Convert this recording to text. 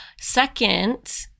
Second